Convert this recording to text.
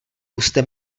pusťte